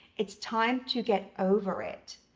it's time to get over it.